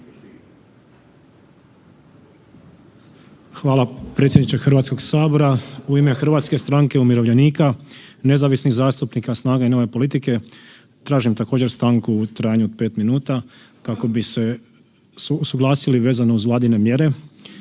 Hvala predsjedniče Hrvatskoga sabora. U ime HSU-a, SNAGA-e, nezavisnih zastupnika, SNAGA-e i Nove politike, tražim također, stanku u trajanju od 5 minuta, kako bi se suglasili vezano uz Vladine mjere